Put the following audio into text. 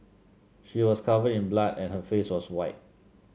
she was covered in blood and her face was white